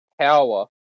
power